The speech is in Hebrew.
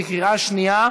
בקריאה שנייה,